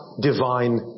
divine